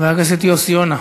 חבר הכנסת יוסי יונה.